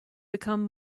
become